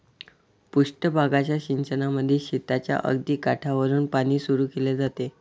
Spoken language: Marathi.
पृष्ठ भागाच्या सिंचनामध्ये शेताच्या अगदी काठावरुन पाणी सुरू केले जाते